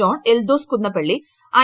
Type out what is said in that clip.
John Eldhose Kunnappilly I